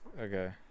Okay